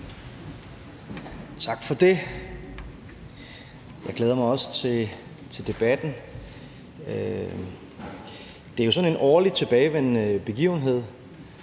Tak for det. Jeg glæder mig også til debatten. Det er jo sådan en årlig tilbagevendende begivenhed,